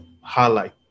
highlight